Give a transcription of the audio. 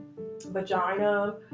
vagina